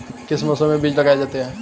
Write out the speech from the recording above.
किस मौसम में बीज लगाए जाते हैं?